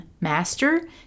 Master